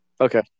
Okay